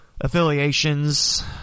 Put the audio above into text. affiliations